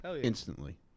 instantly